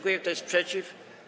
Kto jest przeciw?